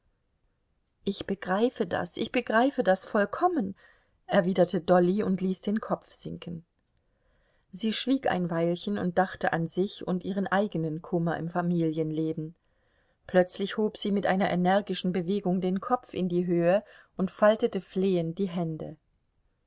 ich begreife das ich begreife das vollkommen erwiderte dolly und ließ den kopf sinken sie schwieg ein weilchen und dachte an sich und ihren eigenen kummer im familienleben plötzlich hob sie mit einer energischen bewegung den kopf in die höhe und faltete flehend die hände